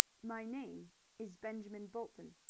my name is benjamin bolton.